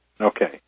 Okay